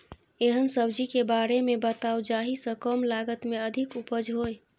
एहन सब्जी के बारे मे बताऊ जाहि सॅ कम लागत मे अधिक उपज होय?